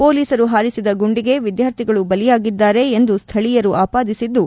ಹೊಲೀಸರು ಹಾರಿಸಿದ ಗುಂಡಿಗೆ ವಿದ್ವಾರ್ಥಿಗಳು ಬಲಿಯಾಗಿದಾರೆ ಎಂದು ಸ್ನಳೀಯರು ಆಪಾದಿಸಿದ್ದು